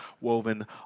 woven